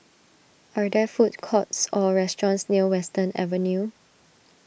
are there food courts or restaurants near Western Avenue